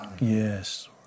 Yes